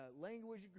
language